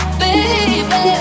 baby